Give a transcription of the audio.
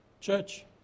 Church